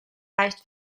leicht